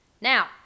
Now